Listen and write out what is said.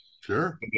Sure